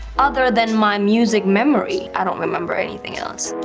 other than my music memory, i don't remember anything else.